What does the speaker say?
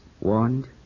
Warned